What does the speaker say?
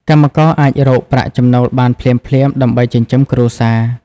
កម្មករអាចរកប្រាក់ចំណូលបានភ្លាមៗដើម្បីចិញ្ចឹមគ្រួសារ។